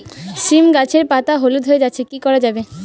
সীম গাছের পাতা হলুদ হয়ে যাচ্ছে কি করা যাবে?